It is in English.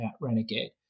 Renegade